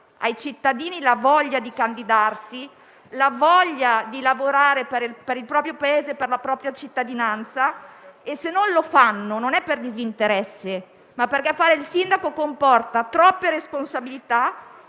ai cittadini la voglia di candidarsi, di lavorare per il proprio paese, per la propria cittadinanza. Se non lo fanno, non è per disinteresse, ma perché fare il sindaco comporta troppe responsabilità